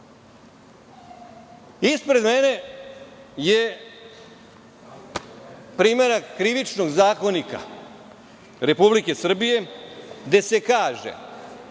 godina. Ispred mene je primerak Krivični Zakonik Republike Srbije, gde se kaže